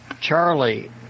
Charlie